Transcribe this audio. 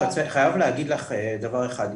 אני חייב להגיד לך דבר אחד,